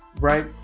Right